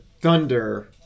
thunder